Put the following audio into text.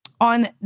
on